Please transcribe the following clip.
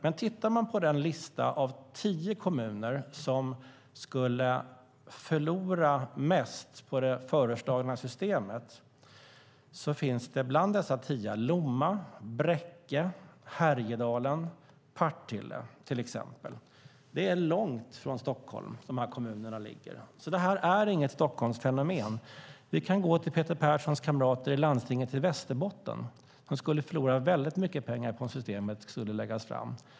Men tittar man på den lista över tio kommuner som skulle förlora mest på det föreslagna systemet ser man bland dessa tio till exempel Lomma, Bräcke, Härjedalen och Partille. Det är långt från Stockholm som de kommunerna ligger. Detta är inget Stockholmsfenomen. Vi kan gå till Peter Perssons kamrater i landstinget i Västerbotten. De skulle förlora väldigt mycket pengar på om det här systemet skulle läggas fram.